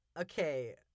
Okay